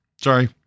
Sorry